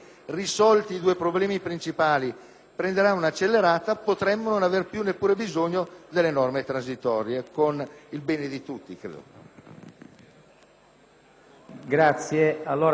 prenderà un'accelerata, potremmo non avere più neppure bisogno delle norme transitorie, credo a vantaggio di